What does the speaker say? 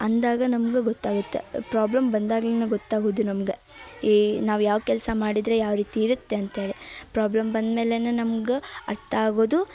ಅಂದಾಗ ನಮಗೂ ಗೊತ್ತಾಗುತ್ತೆ ಪ್ರಾಬ್ಲಮ್ ಬಂದಾಗಲೇ ಗೊತ್ತಾಗೋದು ನಮಗೆ ಏ ನಾವು ಯಾವ ಕೆಲಸ ಮಾಡಿದರೆ ಯಾವ್ರೀತಿ ಇರುತ್ತೆ ಅಂತ್ಹೇಳಿ ಪ್ರಾಬ್ಲಮ್ ಬಂದ್ಮೇಲೆ ನಮಗೆ ಅರ್ಥ್ವಾಗೋದು